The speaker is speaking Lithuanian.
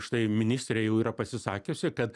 štai ministrė jau yra pasisakiusi kad